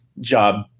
job